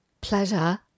pleasure